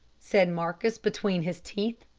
said marcus between his teeth.